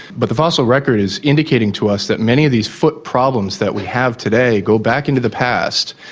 but the fossil record is indicating to us that many of these foot problems that we have today go back into the past.